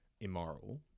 immoral